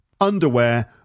underwear